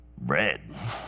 Red